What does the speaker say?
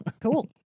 Cool